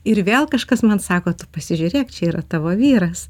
ir vėl kažkas man sako tu pasižiūrėk čia yra tavo vyras